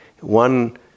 one